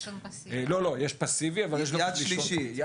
יש עישון פסיבי אבל יש גם יד שלישית,